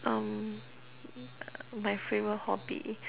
um my favourite hobby